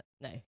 No